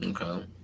Okay